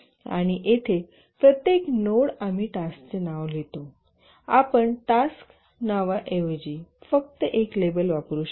आणि येथे प्रत्येक नोड आम्ही टास्कचे नाव लिहितो आपण टास्क नावाऐवजी फक्त एक लेबल वापरू शकता